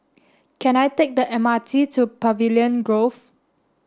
can I take the M R T to Pavilion Grove